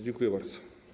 Dziękuję bardzo.